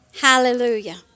Hallelujah